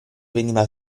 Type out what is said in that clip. veniva